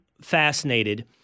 fascinated